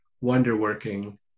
wonder-working